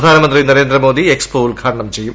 പ്രധാനമന്ത്രി നര്ര്ദ്ര്ദ്മോദി എക്സ്പോ ഉദ്ഘാടനം ചെയ്യും